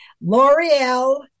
L'Oreal